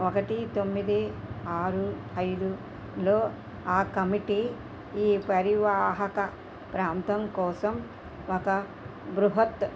ఒకటి తొమ్మిది ఆరు ఐదులో ఆ కమిటీ ఈ పరీవాహక ప్రాంతం కోసం ఒక బృహత్